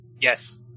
Yes